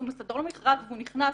אז הוא מסדר לו מכרז והוא נכנס.